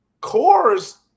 cores